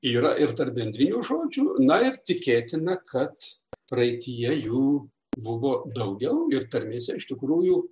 yra ir tarp bendrinių žodžių na ir tikėtina kad praeityje jų buvo daugiau ir tarmėse iš tikrųjų